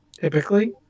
Typically